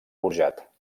forjat